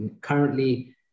currently